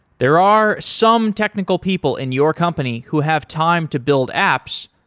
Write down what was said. there are some technical people in your company who have time to build apps,